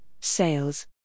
Sales